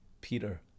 Peter